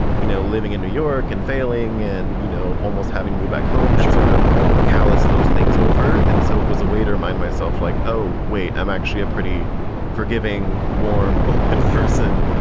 you know, living in new york and failing in, you know, almost having me back home had sort of callous those things over. and so it was a way to remind myself, like, oh, wait, i'm actually a pretty forgiving, warm, open person.